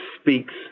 speaks